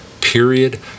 period